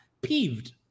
peeved